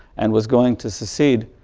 and was going to secede,